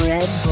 Red